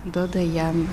duoda jam